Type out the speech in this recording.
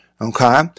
Okay